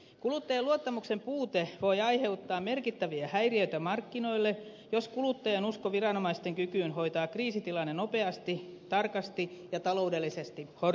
kuluttajien luottamuksen puute voi aiheuttaa merkittäviä häiriöitä markkinoille jos kuluttajien usko viranomaisten kykyyn hoitaa kriisitilanne nopeasti tarkasti ja taloudellisesti horjuu